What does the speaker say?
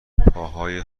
پاهای